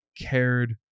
cared